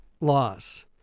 loss